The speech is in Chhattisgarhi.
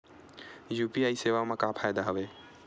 यू.पी.आई सेवा मा का फ़ायदा हवे?